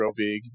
Rovig